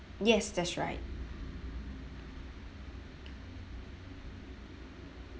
yes that's right